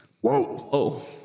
Whoa